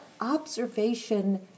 observation